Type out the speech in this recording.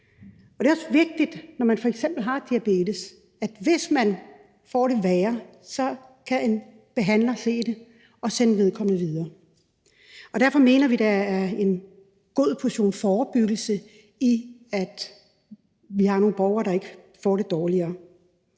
Det er også vigtigt, når man f.eks. har diabetes, at hvis man får det værre, så kan en behandler se det og sende en videre. Derfor mener vi, der er en god portion forebyggelse i, at vi har nogle borgere, der ikke får det dårligere.